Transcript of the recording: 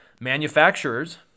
manufacturers